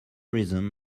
reason